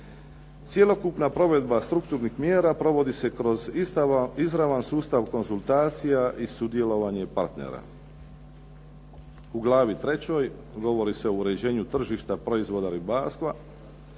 Cjelokupna provedba strukturnih mjera provodi se kroz izravan sustav konzultacija i sudjelovanje partnera. U glavi trećoj govori se o uređenju tržišta proizvoda ribarstva